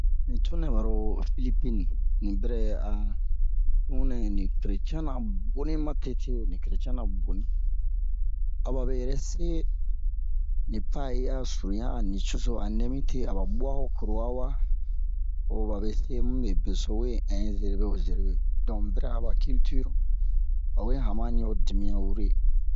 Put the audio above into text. Ni tun nɛ baro Filipine ni bɛrɛ a ni tunɛ ba kereciyɛn na boni ni kereciyɛn na boni a babe yɛrɛ se ni pa'e yi a suruɲa a nucoro nɛ mi te a ba bu'a oho curuwa wa o babe se nibe be so we in zerebe wo zerebe don ni bɛrɛ'a ba kiltir ba we hamani ho dimiyan wure